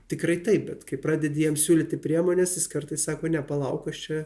tikrai taip bet kai pradedi jiem siūlyti priemones jis kartais sako ne palaik aš čia